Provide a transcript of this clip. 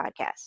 podcast